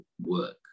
work